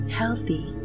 healthy